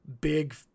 big